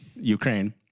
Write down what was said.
Ukraine